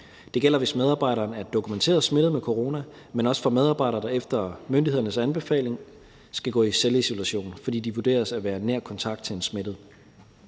Det gælder, hvis medarbejderen er dokumenteret smittet med corona, men også for medarbejdere, der efter myndighedernes anbefaling skal gå i selvisolation, fordi de vurderes at være nær kontakt til en smittet.